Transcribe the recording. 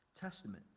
Testament